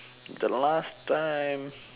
the last time